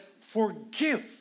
Forgive